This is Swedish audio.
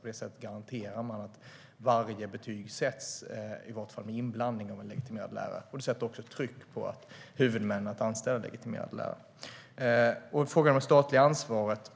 På det sättet garanterar man att varje betyg sätts i varje fall med inblandning av en legitimerad lärare. Det sätter också tryck på huvudmännen att anställa legitimerade lärare. Sedan var det frågan om det statliga ansvaret.